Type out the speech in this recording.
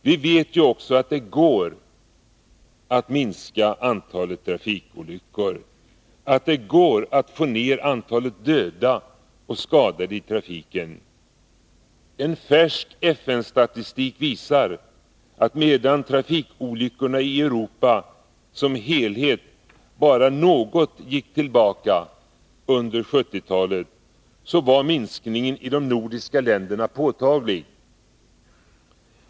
Vi vet ju också att det går att minska antalet trafikolyckor, att det går att få ner antalet döda och skadade i trafiken. En färsk FN-statistik visar att medan trafikolyckorna i Europa som helhet bara något gick tillbaka under 70-talet, var minskningen i de nordiska länderna påtaglig.